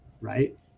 right